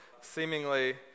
seemingly